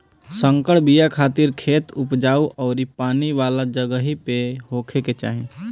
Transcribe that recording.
संकर बिया खातिर खेत उपजाऊ अउरी पानी वाला जगही पे होखे के चाही